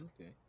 okay